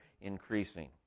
increasing